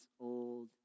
old